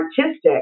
artistic